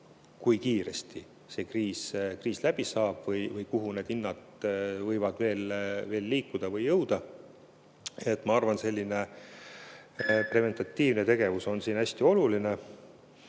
kui kiiresti see kriis läbi saab või kuhu need hinnad võivad veel liikuda või jõuda. Ma arvan, et selline preventatiivne tegevus on siin hästi oluline.